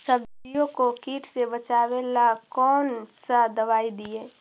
सब्जियों को किट से बचाबेला कौन सा दबाई दीए?